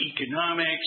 economics